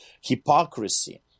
Hypocrisy